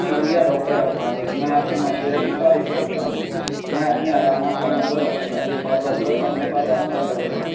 شکریہ ڈاکٹر عمار میں آپ کے مشورے کی تعریف کرتا ہوں میں اپنی علامات پر نظر رکھوں گا اور ضرورت پڑنے پر رابطہ کروں گا